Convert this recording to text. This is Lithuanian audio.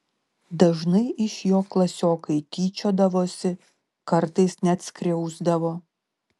dažnai iš jo klasiokai tyčiodavosi kartais net skriausdavo